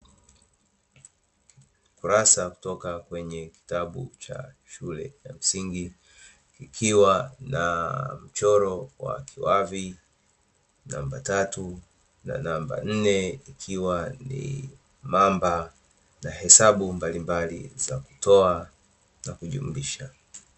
Kurasa kutoka kwenye kitabu cha shule ya msingi kikiwa na mchoro wa kiwavi, namba tatu na namba nne, ikiwa ni mamba na hesabu mbalimbali za kutoa na kujumlisha.